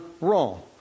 wrong